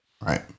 Right